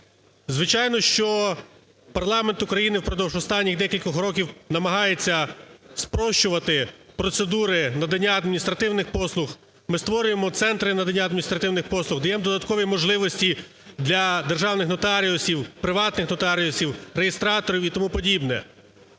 Звичайно, що парламент України впродовж останніх декількох років намагається спрощувати процедури надання адміністративних послуг. Ми створюємо центри надання адміністративних послуг. Даємо додаткові можливості для державних нотаріусів, приватних нотаріусів, реєстраторів і тому подібне.